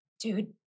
dude